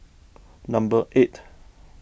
number eight